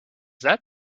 that